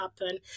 happen